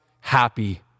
happy